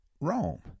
Rome